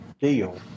deal